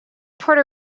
puerto